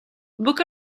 book